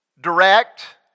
direct